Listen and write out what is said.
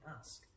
ask